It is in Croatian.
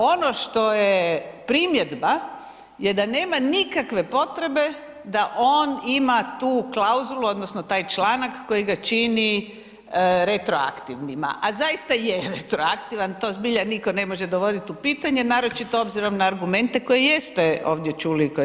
Ono što je primjedba je da nema nikakve potrebe da on ima tu klauzulu odnosno taj članak koji ga čini retroaktivnima, a zaista je retroaktivan, to zbilja niko ne može dovodit u pitanje, naročito obzirom na argumente koje jeste ovdje čuli, koje smo iznijeli.